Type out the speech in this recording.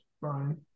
fine